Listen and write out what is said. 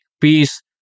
peace